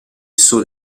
sol